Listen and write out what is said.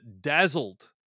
dazzled